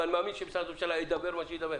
ואני מאמין שמשרד ראש הממשלה יעשה הידברות.